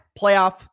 playoff